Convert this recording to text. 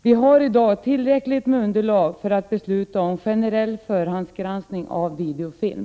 Vi har i dag tillräckligt underlag för att besluta om en generell förhandsgranskning av videofilm.